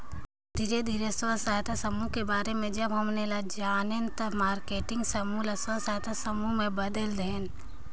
धीरे धीरे स्व सहायता समुह के बारे में जब हम ऐला जानेन त मारकेटिंग के समूह ल स्व सहायता समूह में बदेल देहेन